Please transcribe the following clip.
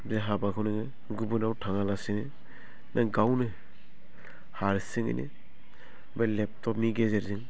बे हाबाखौ नोङो गुबुनाव थाङालासेनो नों गावनो हारसिङैनो बे लेपटपनि गेजेरजों